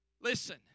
Listen